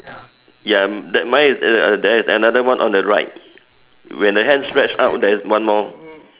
ya that mine uh there is another one on the right when the hand stretch out there is one more